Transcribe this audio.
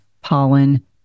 pollen